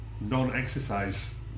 non-exercise